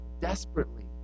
desperately